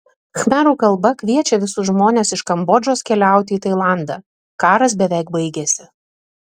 khmerų kalba kviečia visus žmones iš kambodžos keliauti į tailandą karas beveik baigėsi